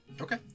Okay